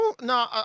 no